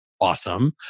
awesome